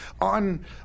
on